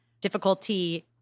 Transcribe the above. difficulty